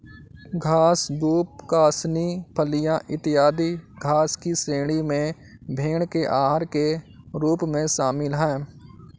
घास, दूब, कासनी, फलियाँ, इत्यादि घास की श्रेणी में भेंड़ के आहार के रूप में शामिल है